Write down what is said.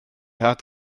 hat